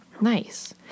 Nice